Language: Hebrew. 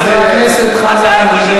חבר הכנסת חזן,